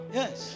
yes